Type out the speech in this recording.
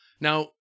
Now